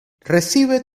recibe